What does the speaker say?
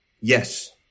Yes